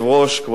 כבוד השר,